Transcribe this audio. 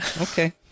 Okay